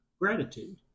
Gratitude